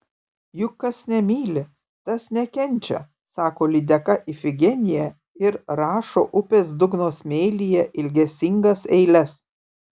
juk kas nemyli tas nekenčia sako lydeka ifigenija ir rašo upės dugno smėlyje ilgesingas eiles